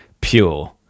pure